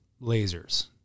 lasers